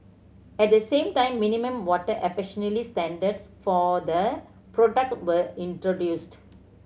at the same time minimum water efficiency standards for the product were introduced